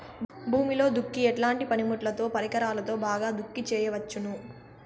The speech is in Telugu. భూమిలో దుక్కి ఎట్లాంటి పనిముట్లుతో, పరికరాలతో బాగా దుక్కి చేయవచ్చున?